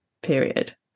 period